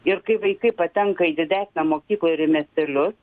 ir kai vaikai patenka į didesnę mokyklą ir į miestelius